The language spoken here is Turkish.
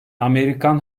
amerikan